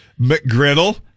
McGriddle